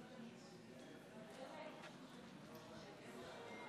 חברי כנסת